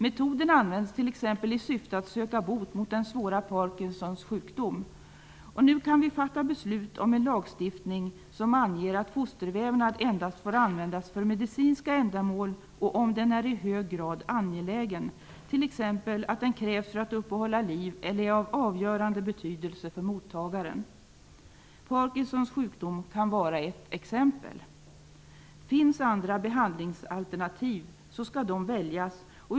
Metoden används t.ex. i syfte att söka bot mot det svåra tillståndet Parkinsons sjukdom. Nu kan vi fatta beslut om en lagstiftning som anger att fostervävnad endast får användas för medicinska ändamål och om den är i hög grad angelägen, t.ex. att den krävs för att uppehålla liv eller är av avgörande betydelse för mottagaren. Parkinsons sjukdom kan vara ett exempel på detta. Finns andra behandlingsalternativ, skall de väljas.